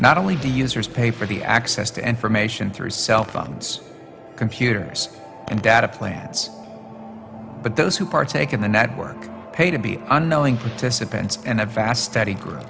not only do users pay for the access to information through cell phones computers and data plans but those who partake in the network pay to be unknowing protists a pencil and a vast study group